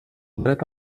dret